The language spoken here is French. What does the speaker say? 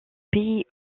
pays